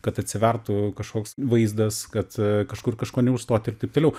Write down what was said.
kad atsivertų kažkoks vaizdas kad kažkur kažko neužstot ir taip toliau